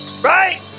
Right